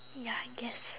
ya I guess